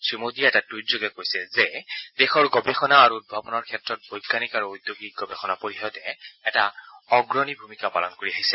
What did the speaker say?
শ্ৰীমোদীয়ে এটা টুইটযোগে কৈছে যে দেশৰ গৱেষণা আৰু উদ্ভাৱনৰ ক্ষেত্ৰত বৈজ্ঞানিক আৰু ঔদ্যোগিক গৱেষণা পৰিষদে এটা অগ্ৰণী ভূমিকা পালন কৰি আহিছে